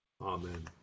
Amen